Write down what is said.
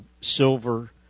silver